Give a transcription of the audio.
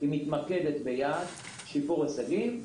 היא מתמקדת ביעד של שיפור הישגים,